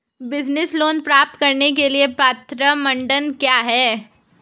Business loan प्राप्त करने के लिए पात्रता मानदंड क्या हैं?